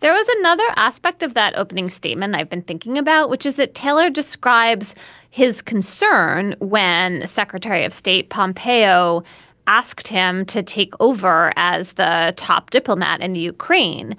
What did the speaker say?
there was another aspect of that opening statement. i've been thinking about which is that taylor describes his concern when the secretary of state pompeo asked him to take over as the top diplomat in and ukraine.